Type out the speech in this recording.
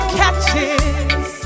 catches